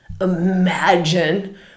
imagine